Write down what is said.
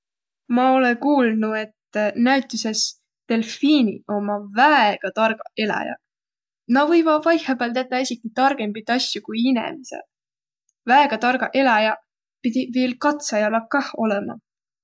Ma olõ kuulnuq, et näütüses delfiiniq ommaq väega targaq eläjäq. Nä võivaq vaihõpääl tetäq esiki targõmbit asjo, ku inemiseq. Väega targaq eläjäq pidiq viil katsajalaq kah olõma.